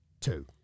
two